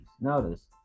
Notice